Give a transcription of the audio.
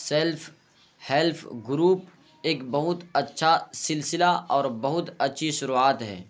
self help group ایک بہت اچھا سلسلہ اور بہت اچھی شروعات ہے